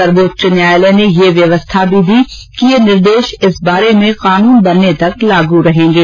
सर्वोच्च न्यायालय ने यह व्यवस्था भी दी कि ये निर्देश इस बारे में कानून बनने तक लागू रहेगे